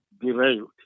derailed